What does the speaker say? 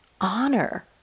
honor